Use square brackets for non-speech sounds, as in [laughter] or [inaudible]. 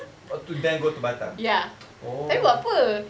oh to then go to batam [noise] oh